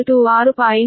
ಇದು 6